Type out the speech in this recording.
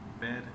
bed